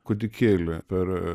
kūdikėlį per